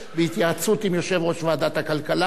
בהתייעצות עם יושב-ראש ועדת הכלכלה.